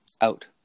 out